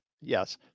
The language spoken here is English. Yes